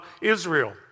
Israel